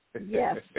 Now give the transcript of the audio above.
Yes